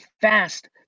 fast